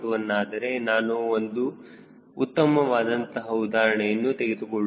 1 ಆದರೆ ನಾನು ಒಂದು ಉತ್ತಮವಾದಂತಹ ಉದಾಹರಣೆಯನ್ನು ತೆಗೆದುಕೊಳ್ಳುತ್ತೇನೆ